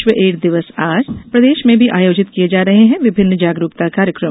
विश्व एड्स दिवस आज प्रदेश में भी आयोजित किये जा रहे हैं विभिन्न जागरुकता कार्यक्रम